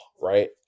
right